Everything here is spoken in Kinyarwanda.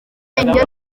indyo